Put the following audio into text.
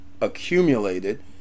accumulated